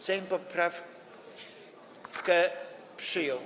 Sejm poprawkę przyjął.